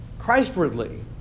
Christwardly